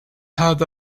had